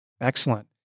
Excellent